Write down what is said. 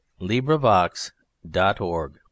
LibriVox.org